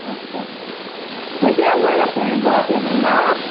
آچھا وٕ کہِ حظ وَنے یَتھ ژےٚ اَمہِ بوتلہِ ہُنٛد ناو